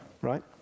right